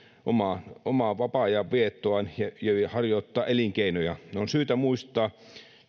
omaa omaa vapaa ajanviettoaan ja harjoittaa elinkeinoja on syytä muistaa